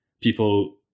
people